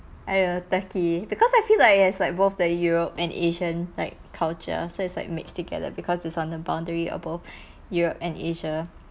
I don't know turkey because I feel like there's like both the europe and asian like culture so it's like mix together because it's on the boundary of both europe and asia